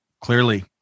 clearly